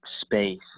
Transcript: space